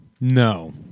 No